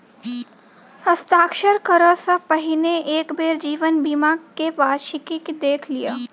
हस्ताक्षर करअ सॅ पहिने एक बेर जीवन बीमा के वार्षिकी देख लिअ